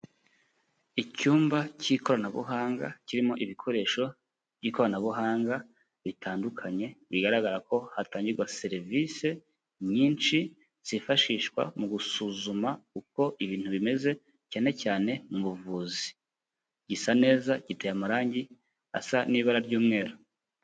Icyumba cy'ikoranabuhanga, kirimo ibikoresho by'ikoranabuhanga bitandukanye, bigaragara ko hatangirwa serivise nyinshi zifashishwa mu gusuzuma uko ibintu bimeze, cyane cyane mu buvuzi. Gisa neza, giteye amarange asa n'ibara ry'umweru.